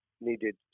needed